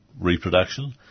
reproduction